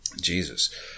Jesus